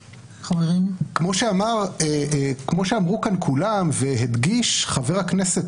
כמו שאמרו כאן כולם והדגיש חבר הכנסת